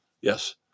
Yes